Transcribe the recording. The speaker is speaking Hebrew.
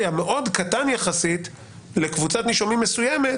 המאוד קטן יחסית לקבוצת נישומים מסוימת,